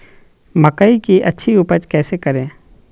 मकई की अच्छी उपज कैसे करे?